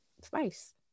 spice